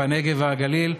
הנגב והגליל,